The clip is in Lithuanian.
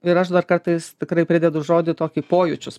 ir aš dar kartais tikrai pridedu žodį tokį pojūčius